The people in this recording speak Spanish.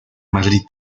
madrid